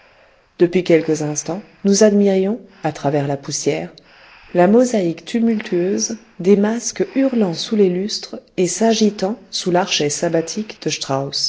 depuis quelques instants nous admirions à travers la poussière la mosaïque tumultueuse des masques hurlant sous les lustres et s'agitant sous l'archet sabbatique